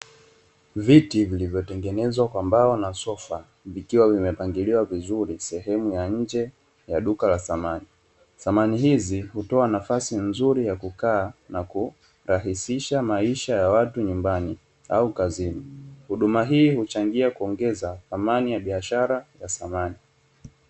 Viti vilivyo tengenezwa kwa mbao na sofa vikiwa vimepangiliwa vizuri sehemu ya nje ya duka la samani. Samani hizi hutoa nafasi nzuri ya kukaa na kurahisisha maisha ya watu nyumbani au kazini. Huduma hii huchangia kuongeza thamani ya biashara ya samani.